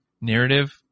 narrative